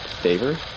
favor